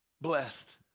Blessed